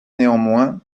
néanmoins